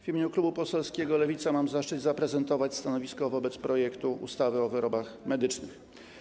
W imieniu klubu poselskiego Lewica mam zaszczyt zaprezentować stanowisko wobec projektu ustawy o wyrobach medycznych.